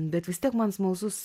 bet vis tiek man smalsus